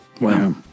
Wow